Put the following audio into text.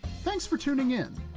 thanks for tuning in.